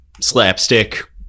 slapstick